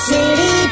City